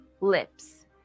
lips